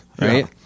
right